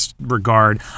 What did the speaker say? regard